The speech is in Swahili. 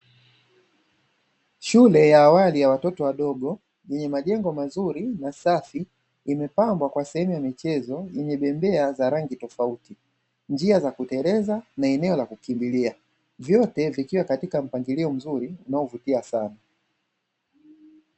Shule ya awali ya watoto wadogo yenye majengo mazuri na safi, imepambwa kwa sehemu ya michezo yenye bembea za rangi tofauti tofauti. Njia za kuteleza na eneo la kukimbilia. Vyote vikiwa katika mpangilio mzuri unaovutia sana.